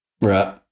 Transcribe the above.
Right